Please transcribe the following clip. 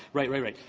right, right, right.